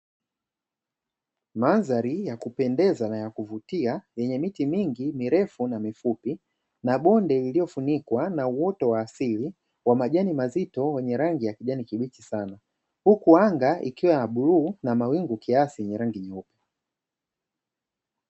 Mandhari ya kupendeza na ya kuvutia, yenye miti mingi mirefu na mifupi, na bonde lililofunikwa na uoto wa asili wa majani mazito, wenye rangi ya kijani kibichi sana, huku anga ikiwa ya bluu na mawingu kiasi yenye rangi nyeupe.